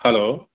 hello